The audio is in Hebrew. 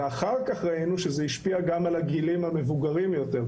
אחר כך ראינו שזה השפיע גם הגילים המבוגרים יותר,